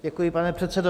Děkuji, pane předsedo.